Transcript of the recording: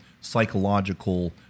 psychological